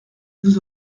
vous